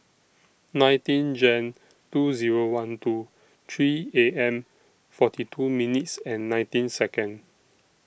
nineteen Jan two Zero one two three A M forty two minutes and nineteen Second